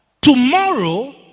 tomorrow